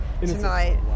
tonight